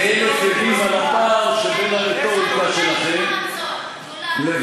כאלף עדים על הפער שבין הרטוריקה שלכם לבין,